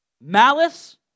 malice